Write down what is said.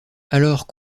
alors